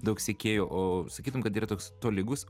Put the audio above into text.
daug sekėjų o sakytum kad yra toks tolygus